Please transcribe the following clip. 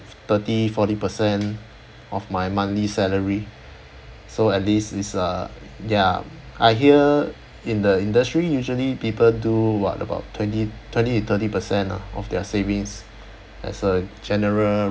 thirty forty percent of my monthly salary so at least it's uh ya I hear in the industry usually people do what about twenty twenty to thirty percent ah of their savings that's a general